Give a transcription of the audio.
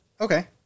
Okay